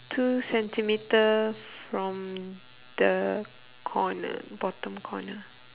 two centimetre from the corner bottom corner